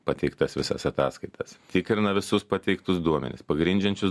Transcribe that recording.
pateiktas visas ataskaitas tikrina visus pateiktus duomenis pagrindžiančius